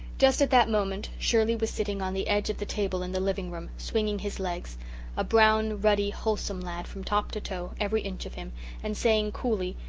just at that moment shirley was sitting on the edge of the table in the living-room, swinging his legs a brown, ruddy, wholesome lad, from top to toe, every inch of him and saying coolly,